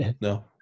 no